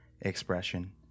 expression